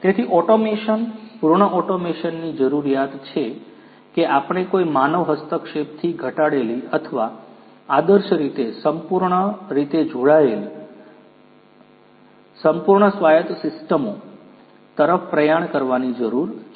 તેથી ઓટોમેશન પૂર્ણ ઓટોમેશનની જરૂરિયાત એ છે કે આપણે કોઈ માનવ હસ્તક્ષેપ થી ઘટાડેલી અથવા આદર્શ રીતે સંપૂર્ણ રીતે જોડાયેલી સંપૂર્ણ સ્વાયત્ત સિસ્ટમો તરફ પ્રયાણ કરવાની જરૂર છે